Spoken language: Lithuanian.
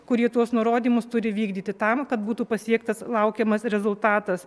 kurie tuos nurodymus turi vykdyti tam kad būtų pasiektas laukiamas rezultatas